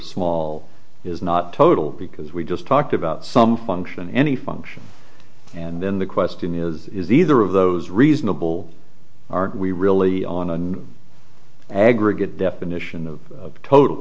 small is not total because we just talked about some function any function and then the question is is either of those reasonable are we really on an aggregate definition of total